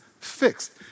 fixed